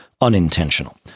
unintentional